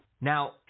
now